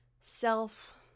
self